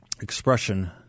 Expression